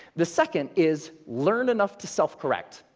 the second is, learn enough to self correct.